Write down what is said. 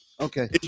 Okay